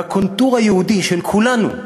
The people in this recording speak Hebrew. והקונטור היהודי, של כולנו,